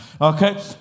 okay